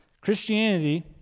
Christianity